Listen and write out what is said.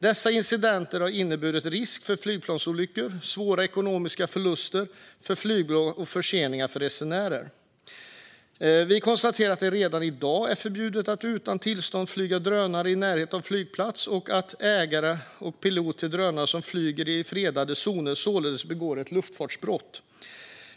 Dessa incidenter har inneburit risk för flygplansolyckor, svåra ekonomiska förluster för flygbolag och förseningar för resenärer. Vi konstaterar att det redan i dag är förbjudet att utan tillstånd flyga drönare i närheten av flygplatser och att ägare och piloter av drönare som flyger i fredade zoner således begår ett luftfartsbrott.